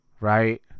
right